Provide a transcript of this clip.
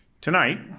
Tonight